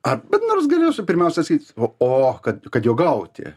ar bet nors galiausiai pirmiausia sakyt o o kad kad jo gauti